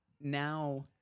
now